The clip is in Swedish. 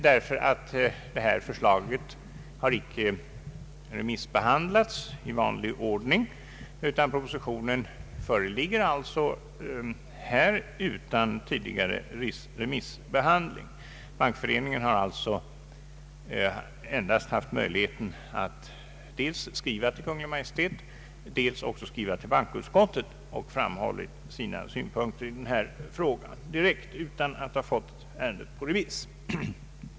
Detta förslag har nämligen inte remissbehandlats i vanlig ordning, utan propositionen föreligger på riksdagens bord utan tidigare remissbehandling. Bankföreningen har endast haft möjlighet att dels skriva till Kungl. Maj:t, dels också skriva till bankoutskottet och framhålla sina synpunkter i denna fråga direkt, utan att ha fått ärendet på remiss.